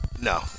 No